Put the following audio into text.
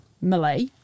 Malay